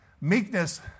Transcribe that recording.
Meekness